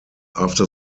after